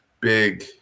big